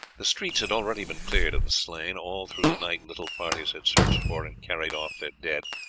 the streets had already been cleared of the slain. all through the night little parties had searched for and carried off their dead,